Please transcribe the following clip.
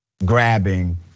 grabbing